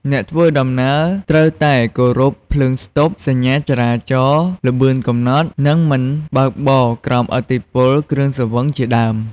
អ្នកធ្វើដំណើរត្រូវតែ គោរពភ្លើងស្តុប សញ្ញាចរាចរណ៍ ល្បឿនកំណត់ និងមិនបើកបរក្រោមឥទ្ធិពលគ្រឿងស្រវឹង ជាដើម។